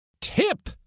Tip